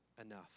enough